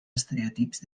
estereotips